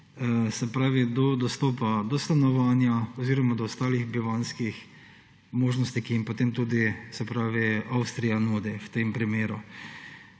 možnosti do dostopa do stanovanja oziroma do ostalih bivanjskih možnosti, ki jih potem tudi Avstrija nudi v tem primeru.